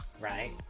right